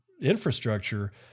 infrastructure